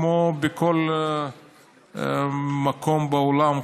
וכמו בכל מקום בעולם,